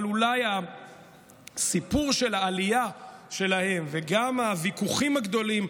אבל אולי הסיפור של העלייה שלהם וגם הוויכוחים הגדולים,